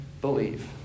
believe